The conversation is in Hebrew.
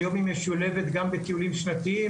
היום היא משולבת גם בטיולים שנתיים,